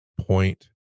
point